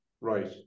Right